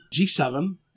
G7